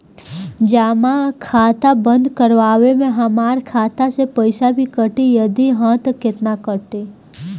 जमा खाता बंद करवावे मे हमरा खाता से पईसा भी कटी यदि हा त केतना कटी?